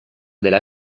della